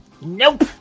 Nope